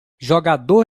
jogador